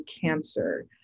cancer